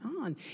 on